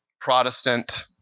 Protestant